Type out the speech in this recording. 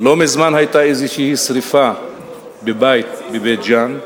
לא מזמן היתה שרפה בבית בבית-ג'ן,